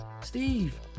Steve